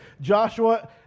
Joshua